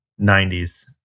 90s